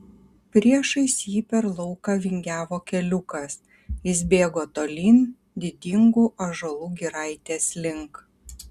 priešais jį per lauką vingiavo keliukas jis bėgo tolyn didingų ąžuolų giraitės link